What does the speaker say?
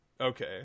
Okay